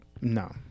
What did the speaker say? no